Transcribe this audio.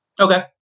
Okay